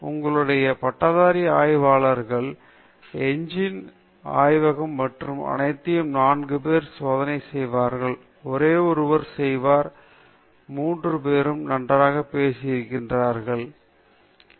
உங்களுடைய பட்டதாரி ஆய்வகத்தின் கீழ் என்ஜின்கள் ஆய்வகம் மற்றும் அனைத்தையும் நான்கு பேர் சோதனை செய்வார்கள் ஒரே ஒருவரே செய்வார் மற்ற மூன்று பேரும் நன்றாக பேசி இருக்கிறார்கள் அந்த சக மட்டுமே தெரியும் என்று கிர்லோஸ்கர் இயந்திரம் சுவிட்ச் எங்கே